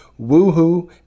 woohoo